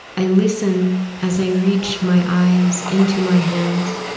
i listen as i reach my eyes into my hands,